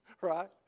Right